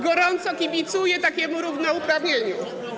Gorąco kibicuję takiemu równouprawnieniu.